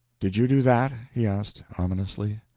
did you do that? he asked, ominously.